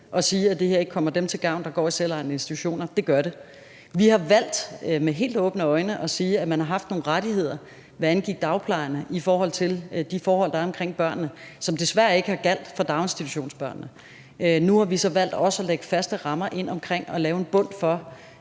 at sige, at det her ikke kommer dem, der går i selvejende institutioner, til gavn; det gør det. Vi har valgt med helt åbne øjne at sige, at man har haft nogle rettigheder, hvad angik dagplejerne, i forhold til de forhold, der er omkring børnene, som desværre ikke har gjaldt for daginstitutionsbørnene. Nu har vi så valgt også at lægge faste rammer ind omkring at lave en bund for,